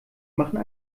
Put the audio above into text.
machen